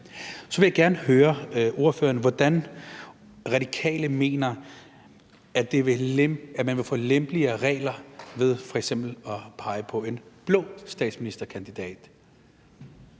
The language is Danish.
Så vil jeg gerne høre ordføreren, hvordan Radikale mener man vil få lempeligere regler ved f.eks. at pege på en blå statsministerkandidat.